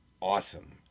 awesome